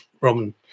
Roman